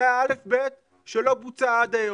זה א'-ב' שלא בוצע עד היום.